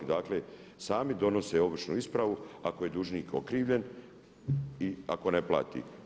I dakle sami donose ovršnu ispravu, ako je dužnik okrivljen i ako ne plati.